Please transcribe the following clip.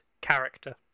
character